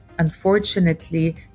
Unfortunately